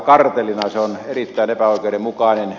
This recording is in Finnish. se on erittäin epäoikeudenmukainen